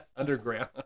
underground